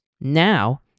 Now